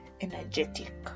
energetic